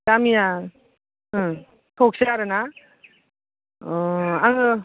गामिया थौसि आरो ना आङो